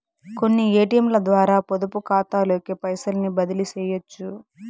కొన్ని ఏటియంలద్వారా పొదుపుకాతాలోకి పైసల్ని బదిలీసెయ్యొచ్చు